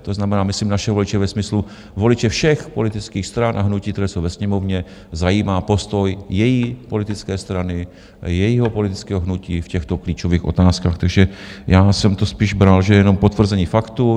To znamená, myslím, naše voliče ve smyslu voliče všech politických stran a hnutí, které jsou ve Sněmovně zajímá postoj jejich politické strany a jejich politického hnutí v těchto klíčových otázkách, což je já jsem to spíš bral, že je jenom potvrzení faktů.